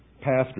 pastors